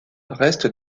reste